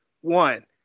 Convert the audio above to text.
One